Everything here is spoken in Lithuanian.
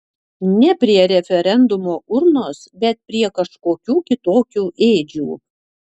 ne prie referendumo urnos bet prie kažkokių kitokių ėdžių